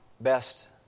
best